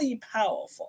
powerful